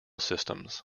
systems